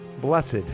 blessed